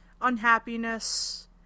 unhappiness